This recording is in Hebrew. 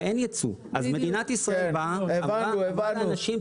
הבריאות על ההתנהלות של עובדיו הבכירים ביותר,